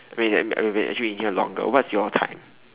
we we've been actually in here longer what's your time